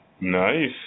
Nice